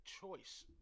choice